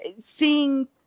Seeing